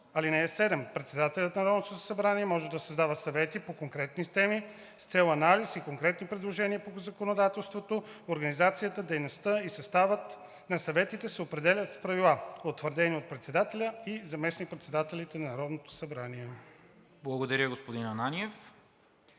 (7) Председателят на Народното събрание може да създава съвети по конкретни теми с цел анализ и конкретни предложения по законодателството. Организацията, дейността и съставът на съветите се определят с правила, утвърдени от председателя и заместник-председателите на Народното събрание.“ ПРЕДСЕДАТЕЛ